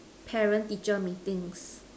parent teacher meetings